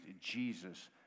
Jesus